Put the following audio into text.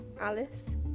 Alice